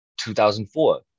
2004